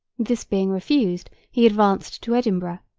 this being refused, he advanced to edinburgh,